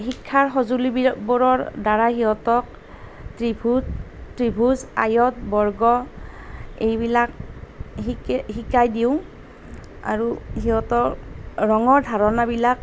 শিক্ষাৰ সঁজুলিবোৰৰ দ্বাৰা সিহঁতক ত্ৰিভূজ ত্ৰিভূজ আয়ত বৰ্গ এইবিলাক শিকাই দিওঁ আৰু সিহঁতক ৰঙৰ ধাৰণাবিলাক